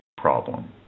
problem